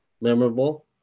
memorable